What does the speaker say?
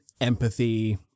empathy